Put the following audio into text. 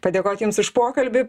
padėkot jums už pokalbį